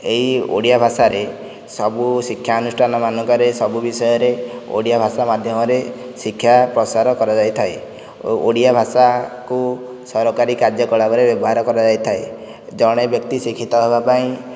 ଏଇ ଓଡ଼ିଆ ଭାଷାରେ ସବୁ ଶିକ୍ଷାନୁଷ୍ଠାନ ମାନଙ୍କରେ ସବୁ ବିଷୟରେ ଓଡ଼ିଆ ଭାଷା ମାଧ୍ୟମରେ ଶିକ୍ଷା ପ୍ରସାର କରାଯାଇଥାଏ ଓ ଓଡ଼ିଆ ଭାଷାକୁ ସରକାରୀ କାର୍ଯ୍ୟ କଳାପରେ ବ୍ୟବହାର କରାଯାଇଥାଏ ଜଣେ ବ୍ୟକ୍ତି ଶିକ୍ଷିତ ହେବା ପାଇଁ